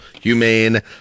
Humane